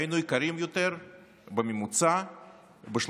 היינו יקרים יותר בממוצע ב-38%.